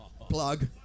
Plug